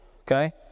okay